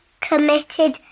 committed